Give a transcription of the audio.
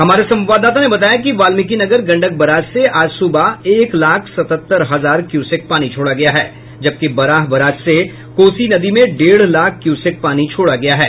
हमारे संवाददाता ने बताया कि वाल्मीकिनगर गंडक बराज से आज सुबह एक लाख सतहत्तर हजार क्यूसेक पानी छोड़ा गया है जबकि बराह बराज से कोसी नदी में डेढ़ लाख क्यूसेक पानी छोड़ गया है